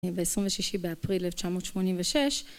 ב-26 באפריל 1986